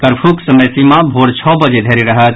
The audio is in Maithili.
कर्फ्यूक समय सीमा भोर छओ बजे धरि रहत